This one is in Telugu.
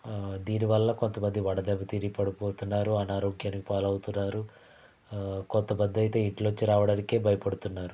దీని వల్ల కొంతమంది వడదెబ్బ తిని పడిపోతున్నారు అనారోగ్యానికి పాలవుతున్నారు కొంతమందయితే ఇంట్లోంచి రావడానికే భయపడుతున్నారు